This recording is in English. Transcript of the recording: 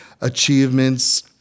achievements